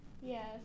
Yes